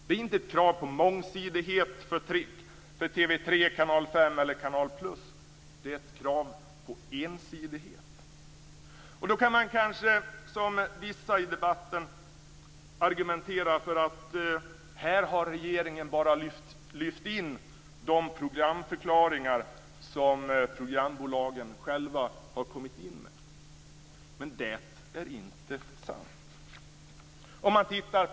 Det är inte ett krav på mångsidighet för TV 3, Kanal 5 eller Canal +- det är ett krav på ensidighet. Man kan kanske, som vissa i debatten, argumentera för att regeringen här bara har lyft in de programförklaringar som programbolagen själva har kommit in med. Men det är inte sant.